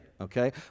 okay